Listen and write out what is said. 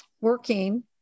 working